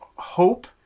Hope